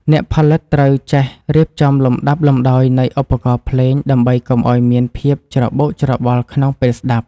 អ្នកផលិតត្រូវចេះរៀបចំលំដាប់លំដោយនៃឧបករណ៍ភ្លេងដើម្បីកុំឱ្យមានភាពច្របូកច្របល់ក្នុងពេលស្ដាប់។